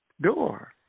door